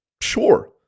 Sure